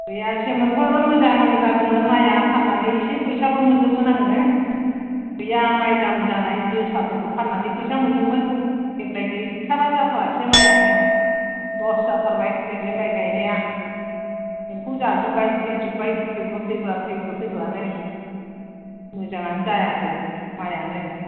गैया सेमोनथ' आरो मोजां जादोंमोन माइआ फाननानै एसे फैसाबो मोन्दोंमोन आङो गैया माइ दाम जानाय जोसाफोरखौ फाननानै फैसा मोन्दोंमोन देग्लाय गैथारा जाथारासै माइआनो लस जाथारबाय देग्लाय माइ गायनाया एम्फौ जाजोबबाय थैजोबबाय थैब्रु थैब्रा थैब्रु थैब्रानो मोजाङानो जायाखै माइआनो